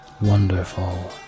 Wonderful